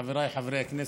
חבריי חברי הכנסת,